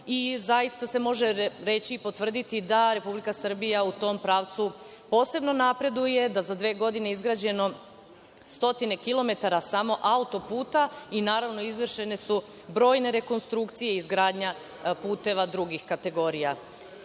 i zaista se može reći i potvrditi da Republika Srbija u tom pravcu posebno napreduje, da je za dve godine izgrađeno stotine kilometara samo auto-puta i, naravno, izvršene su brojne rekonstrukcije i izgradnja puteva drugih kategorija. Ali,